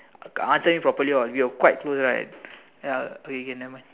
uh answering properly we quite close right ya okay okay never mind